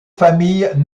familles